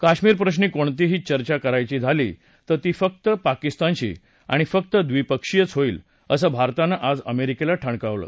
कश्मीर प्रश्री कोणतीही चर्चा करायची झाली तर ती फक्त पाकिस्तानशी आणि फक्त ड्रीपक्षीयच होईल असं भारतानं आज अमेरिकेला ठणकावलं